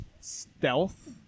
stealth